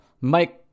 Mike